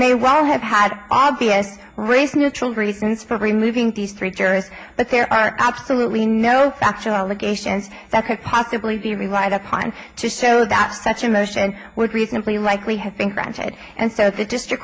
may well have had obvious race neutral reasons for removing these three jurors but there are absolutely no factual allegations that could possibly be relied upon to show that such a motion would reasonably likely have been granted and so the district